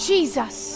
Jesus